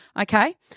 Okay